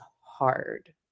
hard